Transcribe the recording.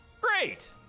Great